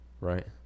Right